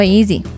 easy